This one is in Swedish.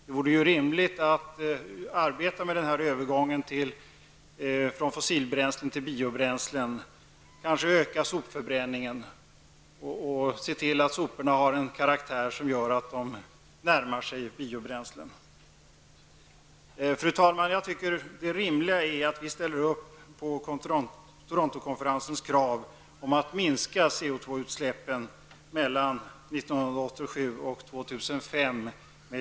Det vore rimligt att arbeta med övergången från fossilbränslen till biobränslen, kanske öka sopförbränningen och se till att soporna har en karaktär som gör att de närmar sig biobränslen. Fru talman! Jag tycker att det rimliga är att vi ställer upp på Torontokonferensens krav att minska koldioxidutsläppen mellan åren 1987 och 2005 med